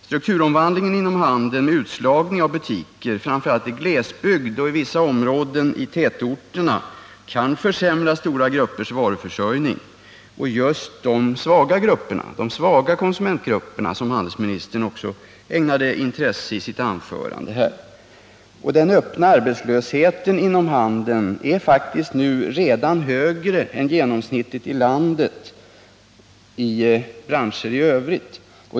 Strukturomvandlingen inom handeln och utslagningen av butiker, framför allt i glesbygd och i vissa områden i tätorterna, kan försämra varuförsörjningen för stora grupper, och då särskilt för de svaga konsumentgrupperna, som handelsministern också ägnade intresse åt i sitt anförande här. Den öppna arbetslösheten inom handeln är redan nu faktiskt högre än genomsnittligt i övriga branscher i landet.